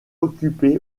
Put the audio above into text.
occupé